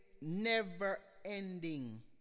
never-ending